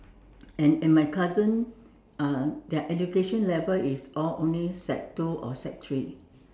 and and my cousin uh their education level is all only sec two or sec three